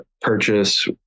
purchase